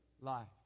life